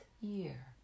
year